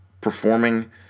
performing